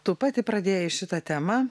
tu pati pradėjai šitą temą